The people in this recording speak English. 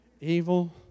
evil